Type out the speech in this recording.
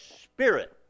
spirit